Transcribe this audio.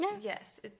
Yes